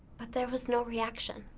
but there was no reaction.